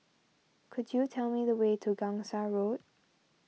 could you tell me the way to Gangsa Road